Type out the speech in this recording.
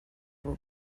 were